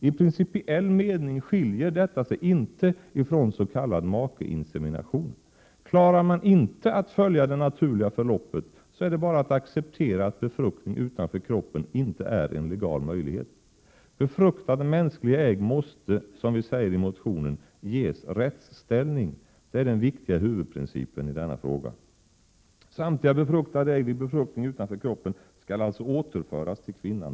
I principiell mening skiljer detta sig inte ifrån s.k. makeinsemination. Klarar man inte att följa det naturliga förloppet, är det bara att acceptera att befruktning utanför kroppen inte är en legal möjlighet. Befruktade mänskliga ägg måste, som vi säger i motionen, ges rättsställning. Det är den viktiga huvudprincipen i denna fråga. Samtliga befruktade ägg vid befruktning utanför kroppen skall alltså återföras till kvinnan.